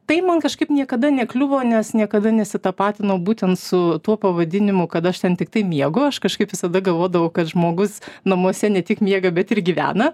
tai man kažkaip niekada nekliuvo nes niekada nesitapatinau būtent su tuo pavadinimu kad aš ten tiktai miegu aš kažkaip visada galvodavau kad žmogus namuose ne tik miega bet ir gyvena